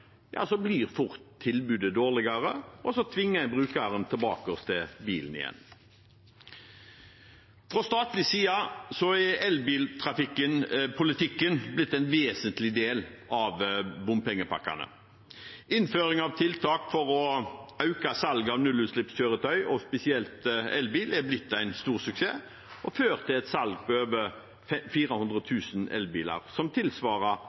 blir tilbudet fort dårligere, og så tvinges brukerne tilbake til bilen. Fra statlig side er elbilpolitikken blitt en vesentlig del av bompengepakkene. Innføring av tiltak for å øke salget av nullutslippskjøretøy og spesielt elbiler er blitt en stor suksess og har ført til et salg på over 400 000 elbiler, noe som tilsvarer